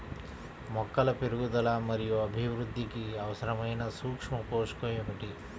మొక్కల పెరుగుదల మరియు అభివృద్ధికి అవసరమైన సూక్ష్మ పోషకం ఏమిటి?